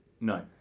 No